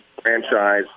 franchise